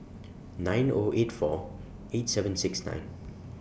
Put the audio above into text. nine O eight four eight seven six nine